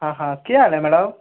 हां हां कितें जालें मॅडम